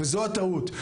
זו הטעות,